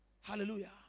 Hallelujah